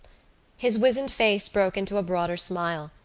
his wizened face broke into a broader smile,